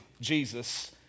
Jesus